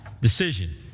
decision